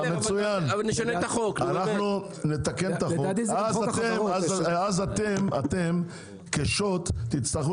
אנחנו נתקן את החוק ואז אתם כשוט תצטרכו